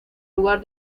lugar